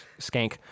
skank